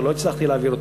שלא הצלחתי להעביר אותה,